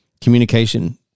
communication